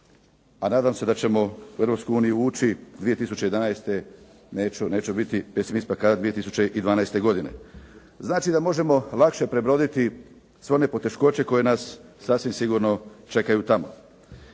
a nadam se da ćemo u Europsku uniju ući 2011. Neću biti pesimist pa kazati 2012. godine. Znači da možemo lakše prebroditi sve one poteškoće koje nas sasvim sigurno čekaju tamo.